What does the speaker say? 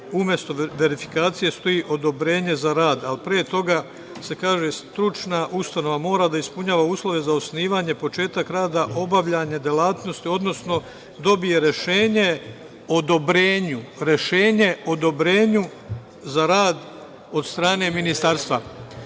umesto „verifikacije“ stoji „odobrenje za rad“ ali pre toga se kaže: „Stručna ustanova mora da ispunjava uslove za osnivanje, početak rada, obavljanje delatnosti, odnosno dobije rešenje o odobrenju za rad od strane Ministarstva“.